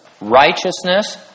righteousness